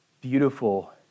beautiful